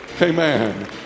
Amen